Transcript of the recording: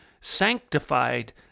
sanctified